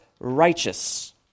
righteous